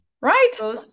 right